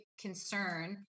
concern